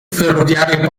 ferroviario